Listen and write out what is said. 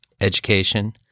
education